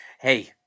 hey